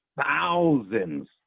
thousands